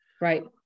Right